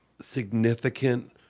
significant